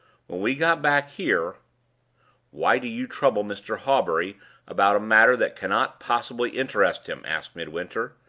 when we got back here why do you trouble mr. hawbury about a matter that cannot possibly interest him? asked midwinter,